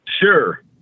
sure